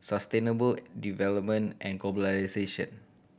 sustainable development and globalisation